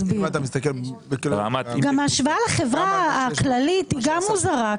גם ההשוואה לחברה הכללית היא מוזרה.